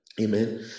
Amen